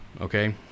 Okay